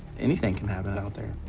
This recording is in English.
anything can happen out there.